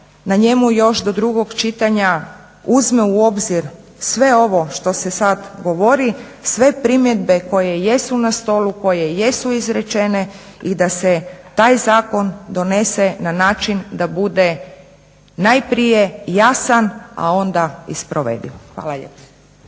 na njemu još do drugog čitanja uzme u obzir sve ovo što se sada govori, sve primjedbe koje jesu na stolu, koje jesu izrečene i da se taj zakon donese na način da bude najprije jasan a onda i sprovediv. Hvala lijepo.